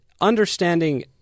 understanding